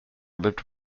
lived